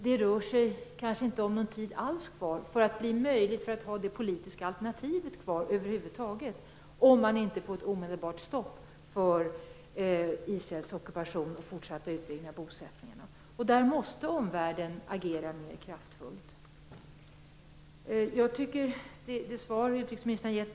Det rör sig om att kanske inte alls ha någon tid kvar för att kunna ha det politiska alternativet över huvud taget, om man inte får ett omedelbart stopp för Israels ockupation och fortsatta utbyggnad av bosättningar. Där måste omvärlden agera mer kraftfullt.